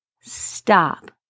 Stop